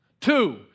Two